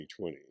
2020